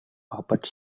puppet